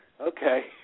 Okay